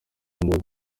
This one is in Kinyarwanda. umuntu